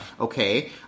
okay